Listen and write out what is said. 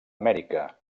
amèrica